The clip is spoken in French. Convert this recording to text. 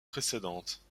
précédente